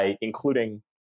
including